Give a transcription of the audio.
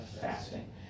Fasting